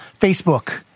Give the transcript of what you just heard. Facebook